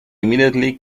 immediately